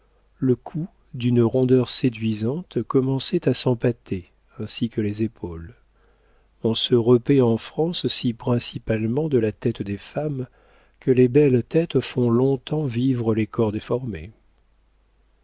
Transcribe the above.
le cou d'une rondeur séduisante commençait à s'empâter ainsi que les épaules on se repaît en france si principalement de la tête des femmes que les belles têtes font longtemps vivre les corps déformés